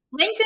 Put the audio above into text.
LinkedIn